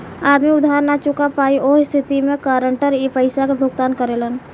आदमी उधार ना चूका पायी ओह स्थिति में गारंटर पइसा के भुगतान करेलन